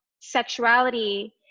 sexuality